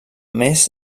més